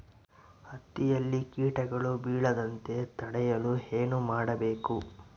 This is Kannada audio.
ಹತ್ತಿಯಲ್ಲಿ ಕೇಟಗಳು ಬೇಳದಂತೆ ತಡೆಯಲು ಏನು ಮಾಡಬೇಕು?